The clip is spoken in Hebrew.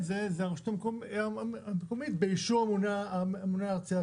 זה זה הרשות המקומית באישור הממונה על התעבורה,